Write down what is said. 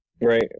Right